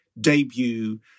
debut